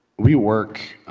we work,